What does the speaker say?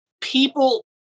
people